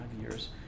years